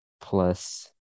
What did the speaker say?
plus